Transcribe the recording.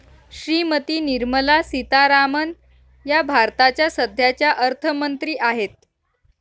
श्रीमती निर्मला सीतारामन या भारताच्या सध्याच्या अर्थमंत्री आहेत